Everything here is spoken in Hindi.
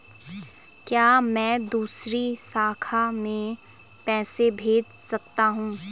क्या मैं दूसरी शाखा में पैसे भेज सकता हूँ?